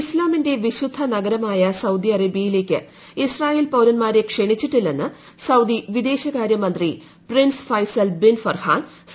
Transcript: ഇസ്താമിന്റെ വിശുദ്ധ നഗരമായ സൌദി അറ്റേബൃയിലേക്ക് ഇസ്രായേൽ പൌരന്മാരെ ക്ഷണിച്ചിട്ടില്ലെന്ന് സൌഭി വിദേശകാര്യ മന്ത്രി prince Faisal bin Farhan C